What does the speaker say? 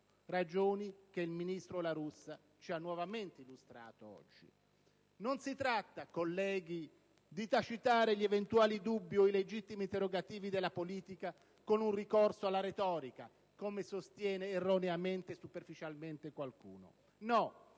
ragioni che il ministro La Russa ci ha nuovamente illustrato oggi. Non si tratta, colleghi, di tacitare gli eventuali dubbi o i legittimi interrogativi della politica con un ricorso alla retorica, come sostiene, erroneamente e superficialmente, qualcuno: non